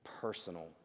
personal